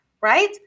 right